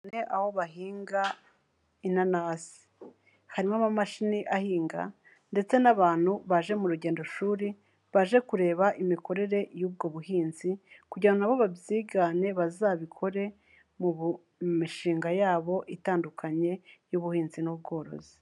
Ubu aho bahinga inanasi. Harimo amamashini ahinga ndetse n'abantu baje mu rugendo shuri baje kureba imikorere y'ubwo buhinzi kugira nabo babyigane bazabikore mu mishinga yabo itandukanye y'ubuhinzi n'ubworozi.